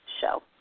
show